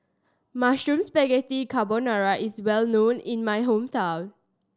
Mushroom Spaghetti Carbonara is well known in my hometown